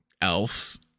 else